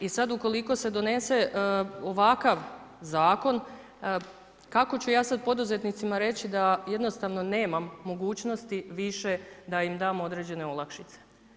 I sada ukoliko se donese ovakav zakon kako ću ja sada poduzetnicima reći da jednostavno nemam mogućnosti više da im dam određene olakšice.